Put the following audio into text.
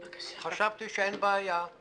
חשבתי שאין בעיה,